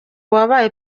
wabaye